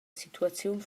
situaziun